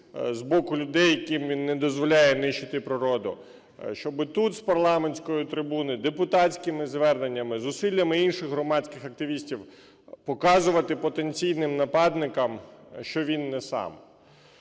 з боку людей, яким він не дозволяє нищити природу, щоб тут, з парламентської трибуни, депутатськими зверненнями, зусиллями інших громадських активістів показувати потенційним нападникам, що він не сам.